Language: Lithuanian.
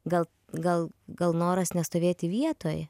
gal gal gal noras nestovėti vietoj